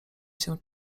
się